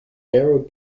narrow